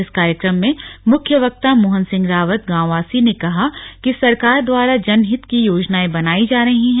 इस कार्यक्रम में मुख्त वक्ता मोहन सिंह रावत गांववासी ने कहा कि सरकार द्वारा जनहित की योजनाएं बनाई जा रही हैं